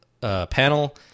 panel